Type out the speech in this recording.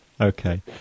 Okay